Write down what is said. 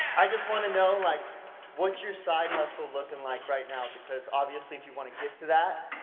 i just want to know like what's your side hustle looking like right now because obviously if you want to get to that,